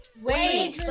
Wait